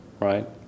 right